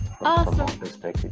Awesome